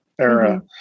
era